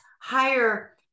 higher